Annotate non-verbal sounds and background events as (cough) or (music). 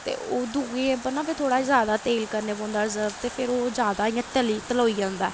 ते ओह् दुए पर ना थोह्ड़ा जैदा तेल करने पौंदा (unintelligible) ते फिर ओह् जैदा इ'यां तली तलोई जंदा ऐ